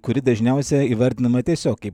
kuri dažniausia įvardinama tiesiog kaip